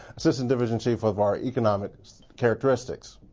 assistant division chief of our economic characteristics.